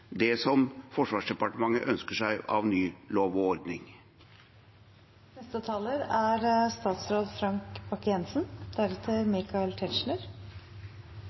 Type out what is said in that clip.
det som Forsvarsdepartementet ønsker seg av ny lov og ordning. Jeg tør nok å påberope meg at dette arbeidet er